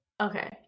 Okay